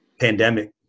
pandemic